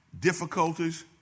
difficulties